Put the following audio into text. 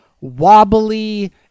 wobbly